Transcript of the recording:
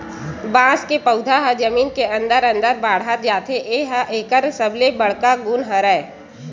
बांस के पउधा ह जमीन के अंदरे अंदर बाड़हत जाथे ए ह एकर सबले बड़का गुन हरय